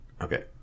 Okay